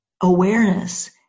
awareness